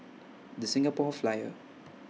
The Singapore Flyer